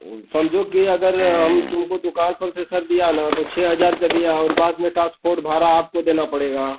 वो समझो कि अगर हम तुमको दुकान पर से सर दिया न तो छ हजार का दिया और बाद में ट्रांसपोर्ट भाड़ा आपको देना पड़ेगा